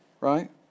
Right